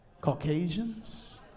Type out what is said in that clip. Caucasians